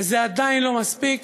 וזה עדיין לא מספיק,